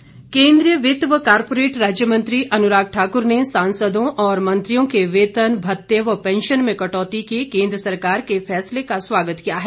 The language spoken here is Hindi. अनुराग केंद्रीय वित्त व कारपोरेट राज्य मंत्री अनुराग ठाक्र ने सांसदों और मंत्रियों के वेतन भत्ते व पैंशन में कटौती के केंद्र सरकार के फैसले का स्वागत किया है